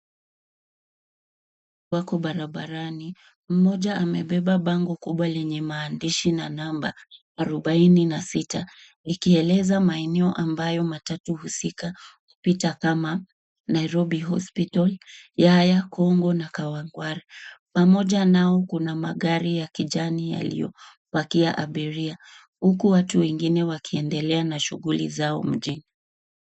Wako barabarani. Mmoja amebeba bango kubwa lenye maandishi na namba arubaini na sita, ikieleza maeno ambayo matatu husika hupita kama Nairobi Hospital , Yaya, Congo na Kawangware. Pamoja nao kuna magari ya kijani yaliyopakia abiria huku watu wengine wakiendelea na shughuli zao mjini.